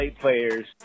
players